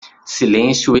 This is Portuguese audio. silêncio